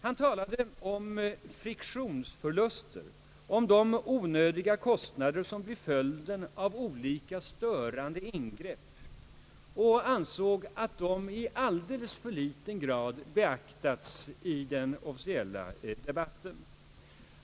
Han talade om »friktionsförluster», om de onödiga kostnader som blir följden av olika störande ingrepp och ansåg att de i alldeles för liten utsträckning har beaktats i den officiella debatten.